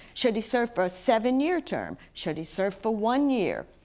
should he serve for a seven year term, should he serve for one year,